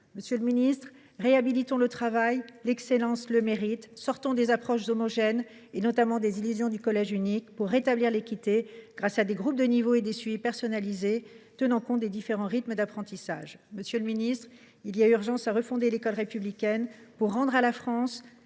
Monsieur le ministre, réhabilitons le travail, l’excellence, le mérite, sortons des approches homogènes, notamment des illusions du collège unique, pour rétablir l’équité grâce à des groupes de niveau et à des suivis personnalisés tenant compte des différents rythmes d’apprentissage. Il y a urgence à refonder l’école républicaine pour rendre à la France